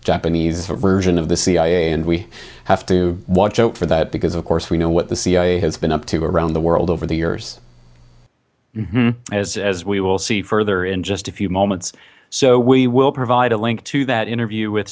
japanese version of the cia and we have to watch out for that because of course we know what the cia has been up to around the world over the years mm hmm as we will see further in just a few moments so we will provide a link to that interview with